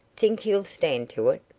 think he'll stand to it?